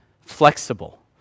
flexible